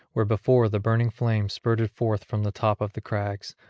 where before the burning flame spurted forth from the top of the crags,